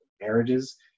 marriages